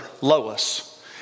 Lois